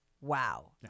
Wow